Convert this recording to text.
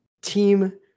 team